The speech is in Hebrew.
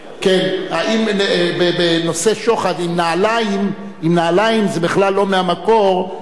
האם בנושא שוחד, אם נעליים זה בכלל לא מהמקור של